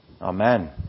Amen